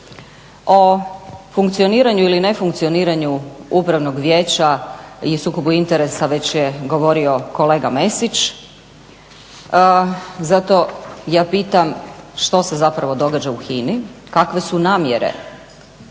O funkcioniranju ili nefunkcioniranju Upravnog vijeća i sukobu interesa već je govorio kolega Mesić. Zato ja pitam što se zapravo događa u HINA-i, kakve su namjere